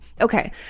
Okay